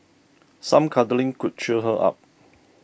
some cuddling could cheer her up